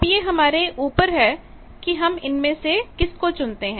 अब यह हमारे ऊपर है कि हम इनमें से किस को चुनते हैं